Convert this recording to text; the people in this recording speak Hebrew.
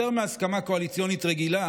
יותר מהסכמה קואליציונית רגילה,